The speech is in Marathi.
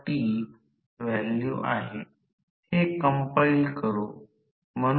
तर समीकरण 1 पासून सध्याच्या प्रेरित रोटर ची वारंवारता F2 sf आपण पाहिली आहे